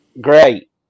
Great